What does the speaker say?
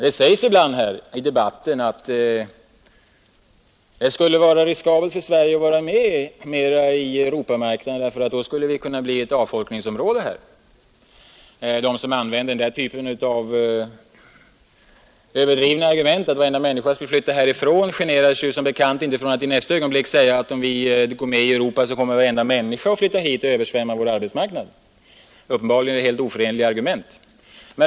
Det sägs ibland i debatten att det skulle vara riskabelt för Sverige att vara med mera i Europamarknaden, ty då skulle vårt land kunna bli ett avfolkningsområde. De som använder den typen av överdrivna argument — att alla människor skulle flytta härifrån — generar sig som bekant inte för att i nästa ögonblick säga att om vi går med i EEC så kommer varenda människa att flytta hit och översvämma vår arbetsmarknad. Uppenbarligen är det helt oförenliga argument.